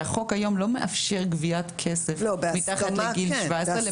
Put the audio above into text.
שהחוק היום לא מאפשר גביית כסף מתחת לגיל 17. לא,